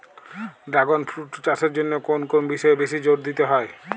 Dragon fruit চাষের জন্য কোন কোন বিষয়ে বেশি জোর দিতে হয়?